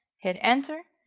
hit enter